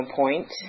point